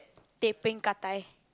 teh peng gah dai